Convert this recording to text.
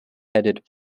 headed